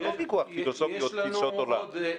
זה לא ויכוח פילוסופי או תפיסות עולם.